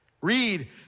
Read